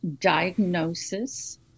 diagnosis